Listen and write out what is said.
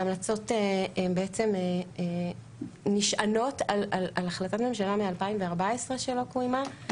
ההמלצות בעצם נשענות על החלטת ממשלה מ-2014 שלא קוימה,